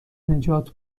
نجات